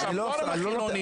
סליחה, אני בזכות דיבור.